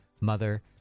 mother